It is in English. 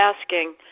asking